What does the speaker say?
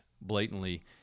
blatantly